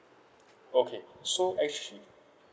okay so actually